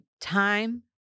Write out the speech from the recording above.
time